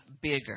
bigger